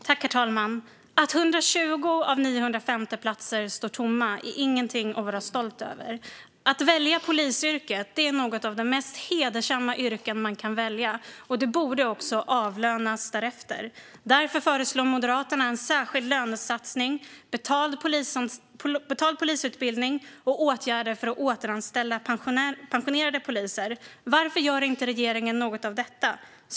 Herr talman! Att 120 av 950 platser står tomma är ingenting att vara stolt över. Polisyrket är ett av de mest hedersamma yrken man kan välja, och man borde också avlönas därefter. Därför föreslår Moderaterna en särskild lönesatsning, betald polisutbildning och åtgärder för att återanställa pensionerade poliser. Varför gör inte regeringen något av detta?